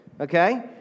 Okay